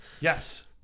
Yes